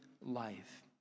life